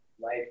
life